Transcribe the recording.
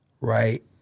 right